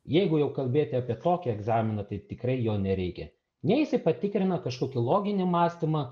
jeigu jau kalbėti apie tokį egzaminą tai tikrai jo nereikia nei jisai patikrina kažkokį loginį mąstymą